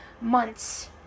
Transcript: months